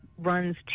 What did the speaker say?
runs